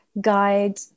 guide